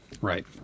Right